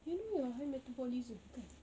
you know you're high metabolism kan